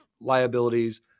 liabilities